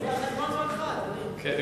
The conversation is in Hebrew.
זה על חשבון זמנך, אדוני.